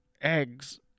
eggs